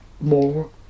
more